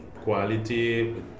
quality